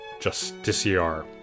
Justiciar